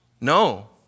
No